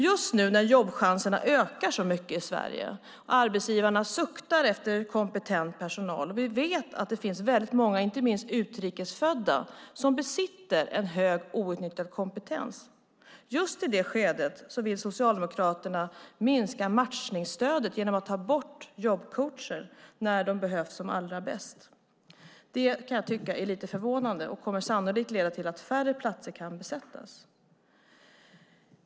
Just nu när jobbchanserna ökar så mycket i Sverige, arbetsgivarna suktar efter kompetent personal och vi vet att det finns väldigt många, inte minst utrikes födda, som besitter en hög outnyttjad kompetens, just i det skedet vill Socialdemokraterna minska matchningsstödet genom att ta bort jobbcoacher när de behövs som allra bäst. Det kan jag tycka är lite förvånande, och det kommer sannolikt att leda till att färre platser kan besättas.